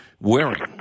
wearing